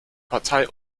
partei